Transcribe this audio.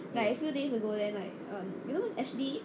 like a few days ago then like you know who's ashley